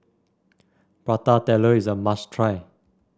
Prata Telur is a must try